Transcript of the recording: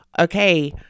okay